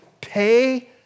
Pay